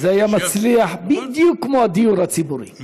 זה היה מצליח בדיוק כמו הדיור הציבורי.